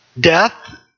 Death